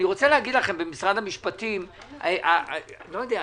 אני רוצה להגיד לכם, במשרד המשפטים: אני לא יודע,